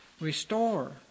restore